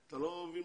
לא,